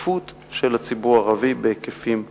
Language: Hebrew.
והשתתפות של הציבור הערבי בהיקפים אחרים.